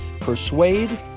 persuade